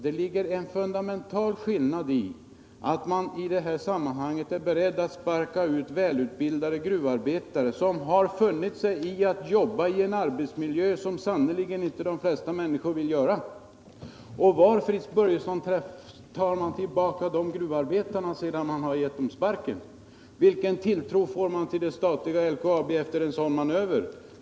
Det ligger en fundamental skillnad i att ni i det här sammanhanget är beredda att sparka ut välutbildade gruvarbetare, som funnit sig i att jobba i en arbetsmiljö som sannerligen inte de flesta människor vill acceptera. Och var, Fritz Börjesson, tar man tillbaka de gruvarbetarna sedan de fått sparken? Vilken tilltro får man till det statliga LKAB efter en sådan manöver?